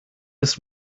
des